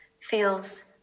feels